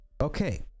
okay